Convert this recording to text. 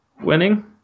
winning